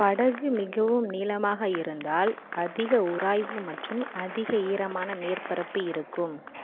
படகு மிகவும் நீளமாக இருந்தால் அதிக உராய்வு மற்றும் அதிக ஈரமான மேற்பரப்பு இருக்கும்